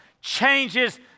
changes